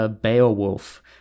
Beowulf